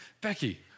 Becky